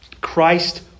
Christ